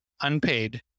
unpaid